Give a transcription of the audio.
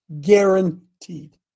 guaranteed